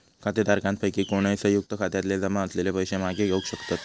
खातेधारकांपैकी कोणय, संयुक्त खात्यातले जमा असलेले पैशे मागे घेवक शकतत